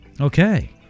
Okay